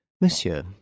Monsieur